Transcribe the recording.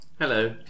Hello